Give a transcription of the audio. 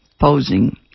posing